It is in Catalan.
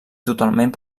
totalment